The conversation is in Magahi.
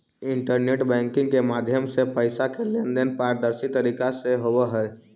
इंटरनेट बैंकिंग के माध्यम से पैइसा के लेन देन पारदर्शी तरीका से होवऽ हइ